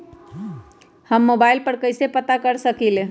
हम मोबाइल पर कईसे पता कर सकींले?